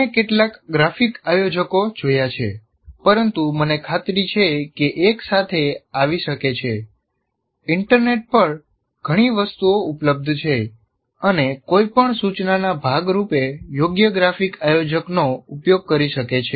અમે કેટલાક ગ્રાફિક આયોજકો જોયા છે પરંતુ મને ખાતરી છે કે એક સાથે આવી શકે છે ઇન્ટરનેટ પર ઘણી વસ્તુઓ ઉપલબ્ધ છે અને કોઈ પણ સૂચનાના ભાગ રૂપે યોગ્ય ગ્રાફિક આયોજકનો ઉપયોગ કરી શકે છે